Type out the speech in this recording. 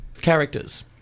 characters